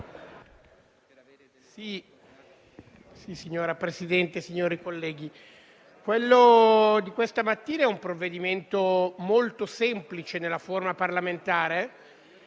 Signor Presidente, signori colleghi, quello di questa mattina è un provvedimento molto semplice nella sua forma parlamentare